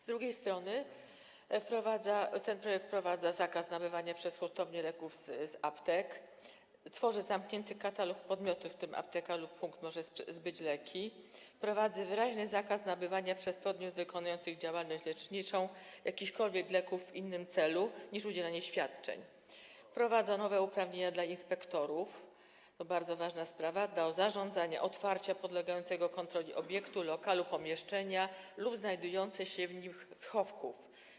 Z drugiej strony projekt wprowadza zakaz nabywania przez hurtownie leków z aptek, tworzy zamknięty katalog podmiotów, którym apteka lub punkt może zbyć leki, wprowadza wyraźny zakaz nabywania przez podmiot wykonujący działalność leczniczą jakichkolwiek leków w innym celu niż udzielanie świadczeń, wprowadza nowe uprawnienia dla inspektorów - to bardzo ważna sprawa - do zarządzania otwarcia podlegającego kontroli obiektu, lokalu, pomieszczenia lub znajdujących się w nim schowków.